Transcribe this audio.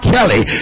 Kelly